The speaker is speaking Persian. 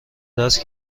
دست